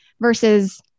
versus